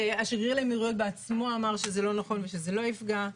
ושגריר האמירויות בעצמו אמר שזה לא נכון ושזה לא יפגע.